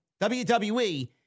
WWE